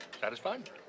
Satisfied